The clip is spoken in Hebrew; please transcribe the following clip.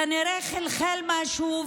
כנראה חלחל משהו.